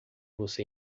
você